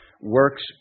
Works